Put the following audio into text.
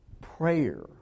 Prayer